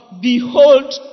behold